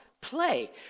Play